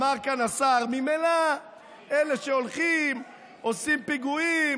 אמר כאן השר שממילא אלה שהולכים ועושים פיגועים